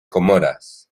comoras